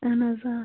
اہن حظ آ